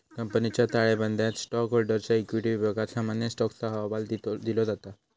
कंपनीच्या ताळेबंदयात स्टॉकहोल्डरच्या इक्विटी विभागात सामान्य स्टॉकचो अहवाल दिलो जाता